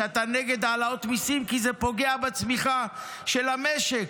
שאתה נגד העלאת מיסים כי זה פוגע בצמיחה של המשק.